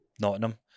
Nottingham